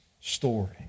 story